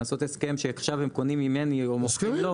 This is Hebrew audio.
לעשות הסכם שעכשיו הם קונים ממני או מוכרים לו,